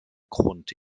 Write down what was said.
grund